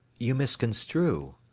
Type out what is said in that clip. you misconstrue.